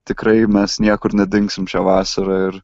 tikrai mes niekur nedingsim šią vasarą ir